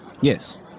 Yes